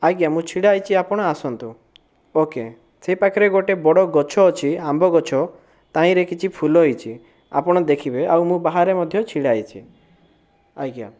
ଆଜ୍ଞା ମୁଁ ଛିଡ଼ା ହୋଇଛି ଆପଣ ଆସନ୍ତୁ ଓକେ ସେହି ପାଖରେ ଗୋଟିଏ ବଡ଼ଗଛ ଅଛି ଆମ୍ବଗଛ ତହିଁରେ କିଛି ଫୁଲ ହୋଇଛି ଆପଣ ଦେଖିବେ ଆଉ ମୁଁ ବାହାରେ ମଧ୍ୟ ଛିଡ଼ା ହୋଇଛି ଆଜ୍ଞା